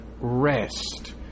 rest